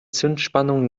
zündspannung